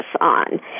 on